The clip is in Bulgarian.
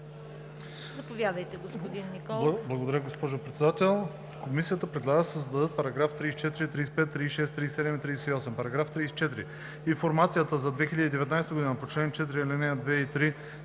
Заповядайте, господин Николов.